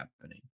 happening